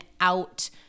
out